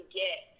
get